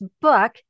book